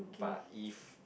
but if